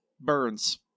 Burns